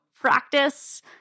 practice